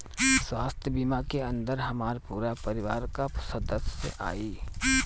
स्वास्थ्य बीमा के अंदर हमार पूरा परिवार का सदस्य आई?